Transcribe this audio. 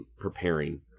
preparing